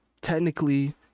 technically